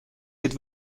neid